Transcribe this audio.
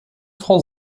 frau